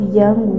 young